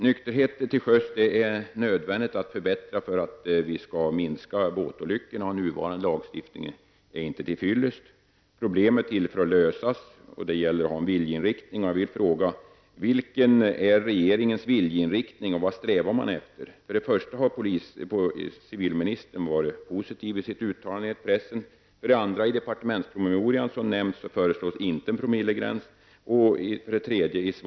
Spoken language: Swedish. Det är nödvändigt att förbättra nykterheten till sjöss för att vi skall kunna minska båtolyckorna. Nuvarande lagstiftning är inte till fyllest. Problem är till för att lösas. Det gäller att ha en viljeinriktning. Jag vill fråga vilken viljeinriktning regeringen har och vad man strävar efter. För det första har civilministern varit positiv i sitt uttalande i pressen. För det andra nämns eller föreslås inte en promillegräns i departementspromemorian.